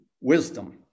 wisdom